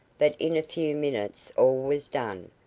but in a few minutes all was done,